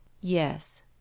Yes